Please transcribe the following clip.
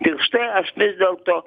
ir štai aš vis dėlto